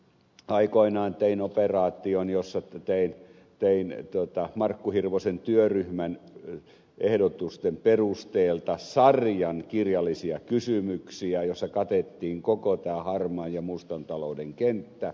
aikoinaan tein operaation jossa tein markku hirvosen työryhmän ehdotusten perusteella sarjan kirjallisia kysymyksiä joissa katettiin koko tämä harmaan ja mustan talouden kenttä